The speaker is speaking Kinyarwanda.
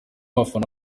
bafana